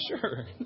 sure